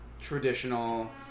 traditional